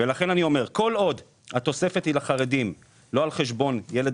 כל עוד התוספת היא לחרדים לא על חשבון ילד